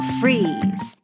freeze